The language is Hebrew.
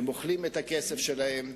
הם אוכלים את הכסף שלהם,